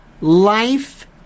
life